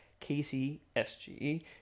KCSGE